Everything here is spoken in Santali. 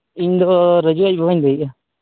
ᱤᱧ ᱫᱚ ᱨᱟᱹᱡᱩ ᱟᱡ ᱵᱟᱵᱟᱧ ᱞᱟᱹᱭᱮᱜᱼᱟ